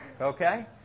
okay